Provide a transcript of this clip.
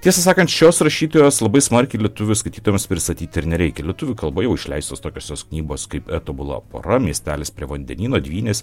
tiesą sakant šios rašytojos labai smarkiai lietuvių skaitytojams pristatyti ir nereikia lietuvių kalba jau išleistos tokios jos knygos kaip tobula pora miestelis prie vandenyno dvynės